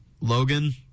Logan